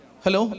Hello